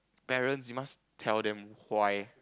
parents you must tell them why